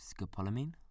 scopolamine